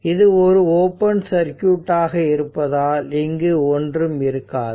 இது open circuit ஆக இருப்பதால் இங்கு ஒன்றும் இருக்காது